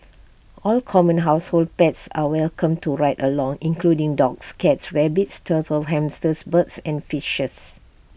all common household pets are welcome to ride along including dogs cats rabbits turtles hamsters birds and fishes